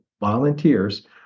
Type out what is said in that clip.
volunteers